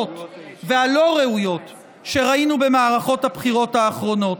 והלא-ראויות שראינו במערכות הבחירות האחרונות.